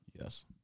Yes